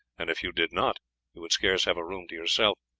and if you did not you would scarce have a room to yourself,